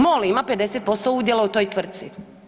MOL ima 50% udjela u toj tvtrci.